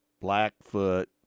Blackfoot